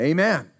Amen